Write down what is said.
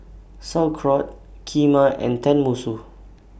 Sauerkraut Kheema and Tenmusu